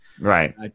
Right